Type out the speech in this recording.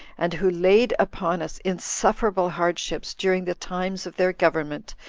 and who laid upon us insufferable hardships during the times of their government,